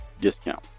discount